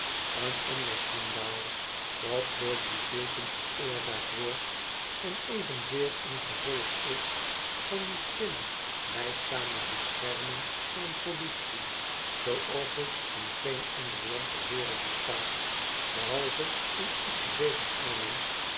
een ander schandaal dat door die fielten veroorzaakt wordt en evenzeer een gevolg is van die stille lijdzame bescherming van een politie zals er in geen ander land ter wereld bestaat behalve in ons gezegend engeland